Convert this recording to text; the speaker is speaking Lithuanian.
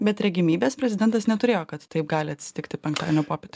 bet regimybės prezidentas neturėjo kad taip gali atsitikti penktadienio popietę